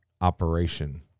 operation